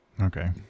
okay